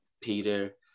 Peter